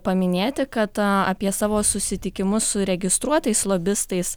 paminėti kad apie savo susitikimus su registruotais lobistais